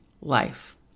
life